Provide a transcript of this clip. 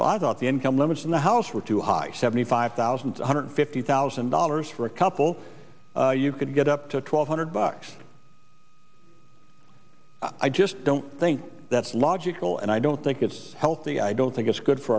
got the income limits in the house were too high seventy five thousand one hundred fifty thousand dollars for a couple you could get up to twelve hundred bucks i just don't think that's logical and i don't think it's healthy i don't think it's good for